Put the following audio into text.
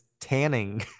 tanning